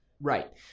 Right